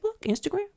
Instagram